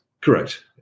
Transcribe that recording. Correct